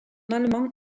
allemand